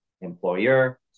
employer